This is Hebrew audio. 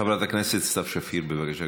חברת הכנסת סתיו שפיר, בבקשה,